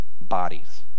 bodies